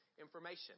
information